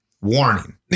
warning